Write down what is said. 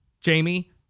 Jamie